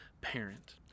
parent